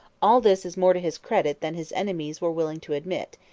all this is more to his credit than his enemies were willing to admit,